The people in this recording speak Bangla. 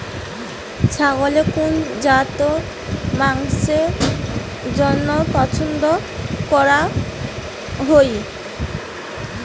ছাগলের কুন জাত মাংসের জইন্য পছন্দ করাং হই?